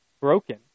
broken